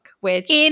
which-